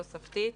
תוספתית,